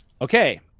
okay